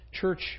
church